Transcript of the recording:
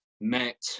MET